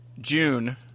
June